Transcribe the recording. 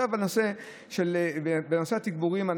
בנושא התגבורים,